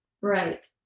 Right